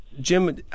Jim